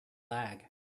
lag